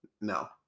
No